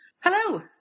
Hello